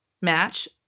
match